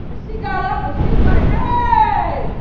she got up and she's like, hey,